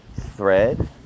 thread